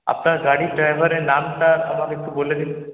আপনার গাড়ির ড্রাইভারের নামটা আমাকে একটু বলে দিন